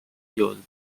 used